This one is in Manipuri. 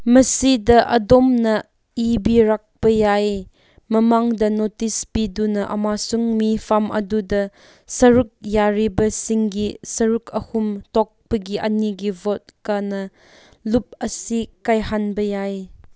ꯃꯁꯤꯗ ꯑꯗꯣꯝꯅ ꯏꯕꯤꯔꯛꯄ ꯌꯥꯏ ꯃꯃꯥꯡꯗ ꯅꯣꯇꯤꯁ ꯄꯤꯗꯨꯅ ꯑꯝꯁꯨꯡ ꯃꯤꯐꯝ ꯑꯗꯨꯗ ꯁꯔꯨꯛ ꯌꯥꯔꯤꯕꯁꯤꯡꯒꯤ ꯁꯔꯨꯛ ꯑꯍꯨꯝ ꯊꯣꯛꯄꯒꯤ ꯑꯅꯤꯒꯤ ꯚꯣꯠ ꯀꯅꯥ ꯂꯨꯞ ꯑꯁꯤ ꯀꯥꯏꯍꯟꯕ ꯌꯥꯏ